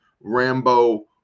Rambo